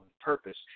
purpose